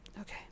Okay